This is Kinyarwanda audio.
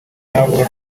n’abavuga